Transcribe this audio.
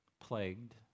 plagued